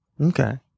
okay